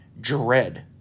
dread